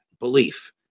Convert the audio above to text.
belief